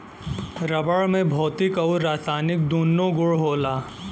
rubber में भौतिक आउर रासायनिक दून्नो गुण होला